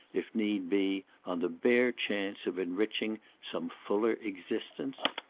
if need be, on the bare chance of enriching some fuller existence?